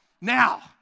Now